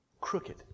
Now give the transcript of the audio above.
Crooked